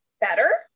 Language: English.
better